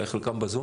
אולי חלקם בזום